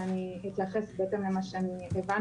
ואני אתייחס בהתאם למה שהבנתי,